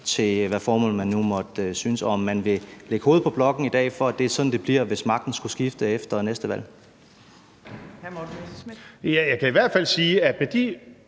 til, hvad formål man nu måtte synes. Vil man lægge hovedet på blokken i dag for, at det er sådan, det bliver, hvis magten skulle skifte efter næste valg?